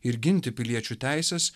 ir ginti piliečių teises